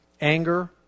Anger